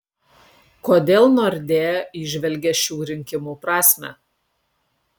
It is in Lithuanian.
kodėl nordea įžvelgia šių rinkimų prasmę